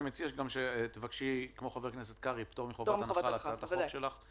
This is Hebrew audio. אני מציע שכמו חבר הכנסת קרעי תבקשי פטור מחובת הנחה על הצעת החוק שלך.